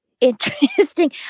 interesting